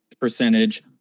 percentage